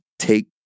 Take